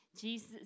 Jesus